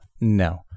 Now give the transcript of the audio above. no